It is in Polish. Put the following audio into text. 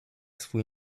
swój